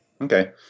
okay